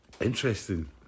Interesting